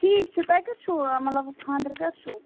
ٹھیٖک چھُ تۄہہِ کَر چھُو مَطلب خانٛدَر کر چھُو